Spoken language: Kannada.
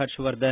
ಹರ್ಷವರ್ಧನ್